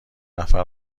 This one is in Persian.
نفر